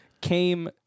came